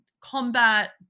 combat